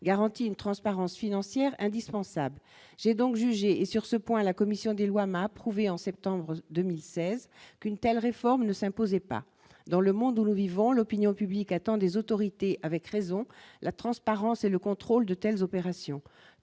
garantit une transparence financière indispensable, j'ai donc jugé et sur ce point, la commission des lois, m'a approuvé en septembre 2016 qu'une telle réforme ne s'imposait pas dans le monde où le vivant, l'opinion publique attend des autorités, avec raison, la transparence et le contrôle de telles opérations